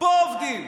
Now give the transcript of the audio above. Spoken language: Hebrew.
פה עובדים.